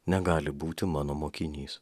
negali būti mano mokinys